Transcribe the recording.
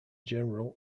general